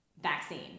vaccine